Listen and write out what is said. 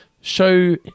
show